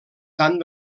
tant